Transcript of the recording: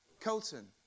Colton